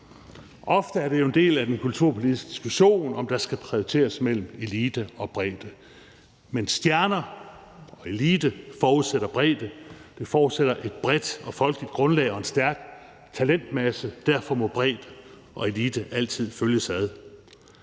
Ofte er det jo en del af den kulturpolitiske diskussion, om der skal prioriteres mellem elite og bredde, men stjerner og elite forudsætter bredde, det forudsætter et bredt og folkeligt grundlag og en stærk talentmasse. Derfor må bredde og elite altid følges ad.